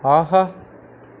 ஆஹா